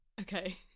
Okay